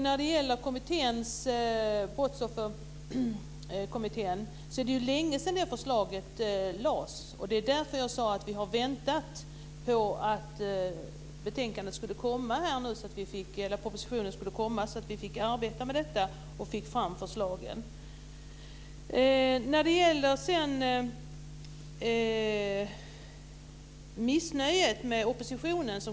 När det gäller brottsofferkommittén är det ju längesedan det förslaget lades fram. Det är därför som jag sade att vi har väntat på att propositionen skulle komma så att vi skulle kunna arbeta med detta och få fram förslagen. Sedan tog Kia Andreasson upp missnöjet med oppositionen.